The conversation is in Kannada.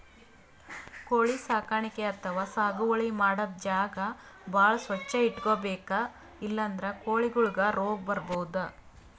ಕೋಳಿ ಸಾಕಾಣಿಕೆ ಅಥವಾ ಸಾಗುವಳಿ ಮಾಡದ್ದ್ ಜಾಗ ಭಾಳ್ ಸ್ವಚ್ಚ್ ಇಟ್ಕೊಬೇಕ್ ಇಲ್ಲಂದ್ರ ಕೋಳಿಗೊಳಿಗ್ ರೋಗ್ ಬರ್ಬಹುದ್